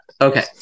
Okay